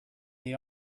they